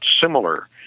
similar